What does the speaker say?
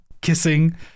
kissing